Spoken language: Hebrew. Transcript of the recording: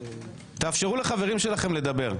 תאפשרו לחברים שלכם לדבר.